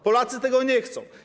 Polacy tego nie chcą.